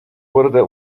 wurde